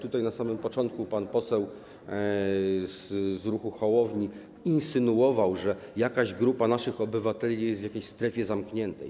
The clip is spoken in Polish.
Tutaj na samym początku pan poseł z ruchu Hołowni insynuował, że pewna grupa naszych obywateli jest w jakiejś strefie zamkniętej.